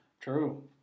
True